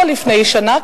לא לפני שנה,